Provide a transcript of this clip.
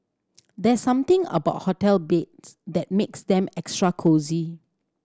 there's something about hotel beds that makes them extra cosy